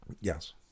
Yes